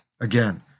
again